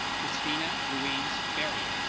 christina louise berry